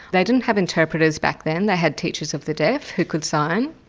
they didn't have interpreters back then, they had teachers of the deaf who could sign.